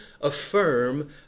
affirm